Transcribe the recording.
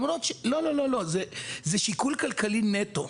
זה שיקול כלכלי נטו,